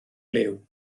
liw